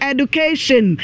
Education